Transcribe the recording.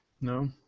no